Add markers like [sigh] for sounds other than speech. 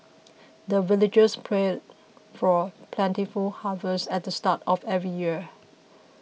the villagers pray [noise] for plentiful harvest at the start of every year